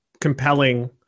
compelling